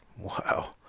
Wow